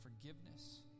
forgiveness